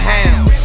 Hounds